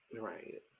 Right